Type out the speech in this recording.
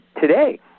today